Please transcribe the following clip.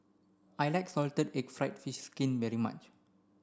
I like salted egg fried fish skin very much